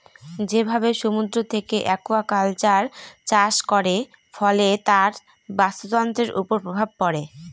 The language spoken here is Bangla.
যেভাবে সমুদ্র থেকে একুয়াকালচার চাষ করে, ফলে তার বাস্তুতন্ত্রের উপর প্রভাব পড়ে